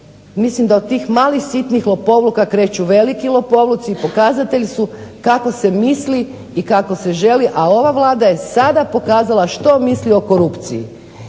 Mislim da od tih malih, sitnih lopovluka kreću veliki lopovluci, i pokazatelji su kako se misli i kako se želi, a ova Vlada je sada pokazala što misli o korupciji.